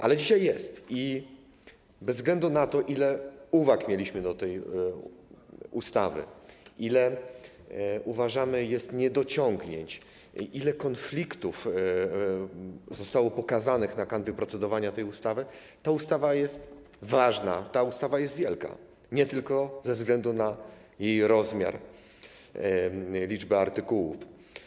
Ale dzisiaj jest i bez względu na to, ile uwag mieliśmy do tej ustawy, ile, uważamy, jest niedociągnięć, ile konfliktów zostało pokazanych na kanwie procedowania tej ustawy, ta ustawa jest ważna, ta ustawa jest wielka, nie tylko ze względu na jej rozmiar, liczbę artykułów.